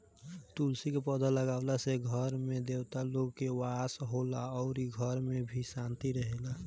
तुलसी के पौधा लागावला से घर में देवता लोग के वास होला अउरी घर में भी शांति रहेला